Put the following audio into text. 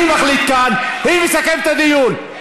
אני מחליט כאן מי מסכם את הדיון.